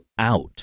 out 、